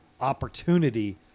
opportunity